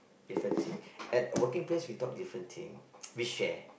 different thing at working place we talk different thing we share